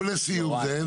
אוקיי, ולסיום, זאב?